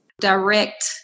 direct